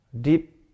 deep